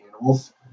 animals